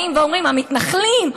ובאים ואומרים: המתנחלים,